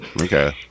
Okay